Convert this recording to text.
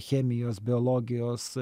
chemijos biologijos